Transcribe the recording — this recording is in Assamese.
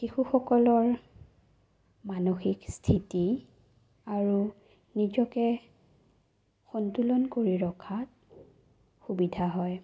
শিশুসকলৰ মানসিক স্থিতি আৰু নিজকে সন্তুলন কৰি ৰখাত সুবিধা হয়